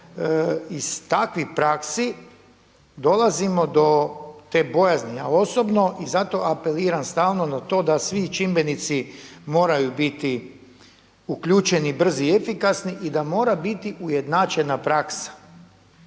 iz takvih praksi dolazimo do te bojazni, ja osobno. I zato apeliram stalno na to da svi čimbenici moraju biti uključeni, brzi i efikasni i da mora biti ujednačena praksa,